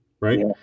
Right